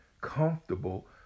comfortable